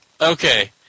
Okay